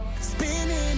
Spinning